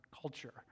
culture